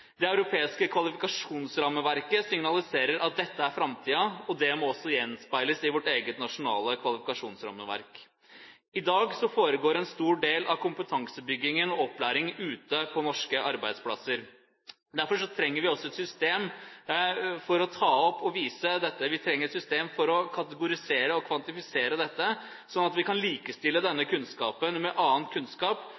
Det europeiske kvalifikasjonsrammeverket signaliserer at dette er framtiden. Det må også gjenspeiles i vårt eget nasjonale kvalifikasjonsrammeverk. I dag foregår en stor del av kompetansebyggingen og opplæringen ute på norske arbeidsplasser. Derfor trenger vi også et system for å kategorisere og kvantifisere dette, slik at vi kan likestille